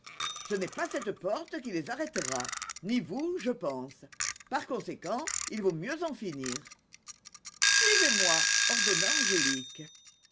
ce n'est pas cette porte qui les arrêtera ni vous je pense par conséquent il vaut mieux en finir suivez-moi ordonna angélique